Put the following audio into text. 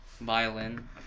violin